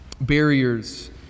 Barriers